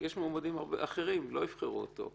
יש מועמדים אחרים, לא יבחרו בו.